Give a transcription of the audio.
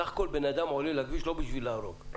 בסך הכול בן אדם עולה לכביש לא בשביל להרוג,